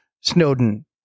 Snowden